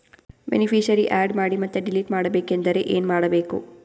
Beneficiary, add ಮಾಡಿ ಮತ್ತೆ delete ಮಾಡಬೇಕೆಂದರೆ ಏನ್ ಮಾಡಬೇಕು?